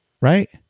right